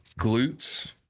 glutes